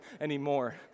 anymore